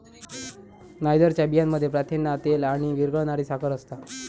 नायजरच्या बियांमध्ये प्रथिना, तेल आणि विरघळणारी साखर असता